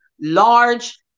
large